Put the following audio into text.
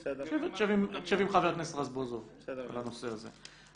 שב עם חבר הכנסת רזבוזוב בנושא הזה.